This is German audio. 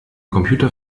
computer